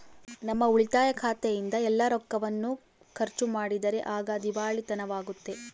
ನಮ್ಮ ಉಳಿತಾಯ ಖಾತೆಯಿಂದ ಎಲ್ಲ ರೊಕ್ಕವನ್ನು ಖರ್ಚು ಮಾಡಿದರೆ ಆಗ ದಿವಾಳಿತನವಾಗ್ತತೆ